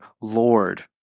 Lord